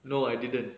no I didn't